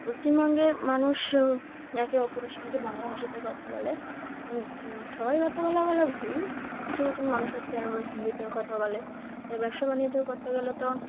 পশ্চিমবঙ্গের মানুষ একে অপরের সঙ্গে বাংলা ভাষাতেই কথা বলে সবাই কথা বলা বলা ভুল কিছু কিছু মানুষ আছে যার হিন্দিতেও কথা বলে তাই ব্যবসা বাণিজ্য করতে গেলে তো